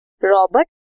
Robert